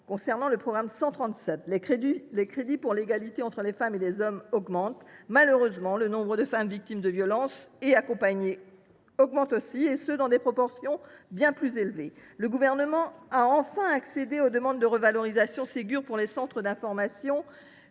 qui est du programme 137, les crédits pour l’égalité entre les femmes et les hommes augmentent. Malheureusement, le nombre de femmes victimes de violences qui doivent être accompagnées augmente aussi dans des proportions bien plus élevées. Le Gouvernement a enfin accédé aux demandes visant à étendre les revalorisations Ségur aux centres d’information